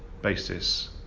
basis